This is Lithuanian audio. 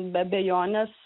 be abejonės